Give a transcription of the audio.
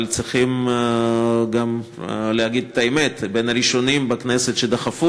אבל צריכים גם להגיד את האמת: בין הראשונים בכנסת שדחפו